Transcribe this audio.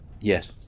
Yes